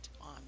on